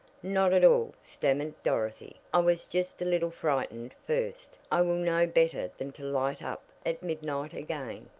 not at all, stammered dorothy. i was just a little frightened first. i will know better than to light up at midnight again.